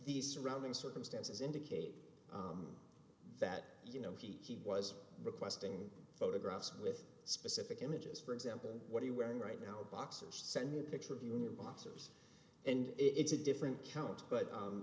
the surrounding circumstances indicate that you know he was requesting photographs with specific images for example what are you wearing right now boxers send me a picture of you in your boxers and it's a different count but